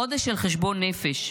חודש של חשבון נפש.